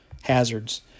hazards